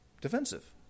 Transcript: defensive